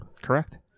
Correct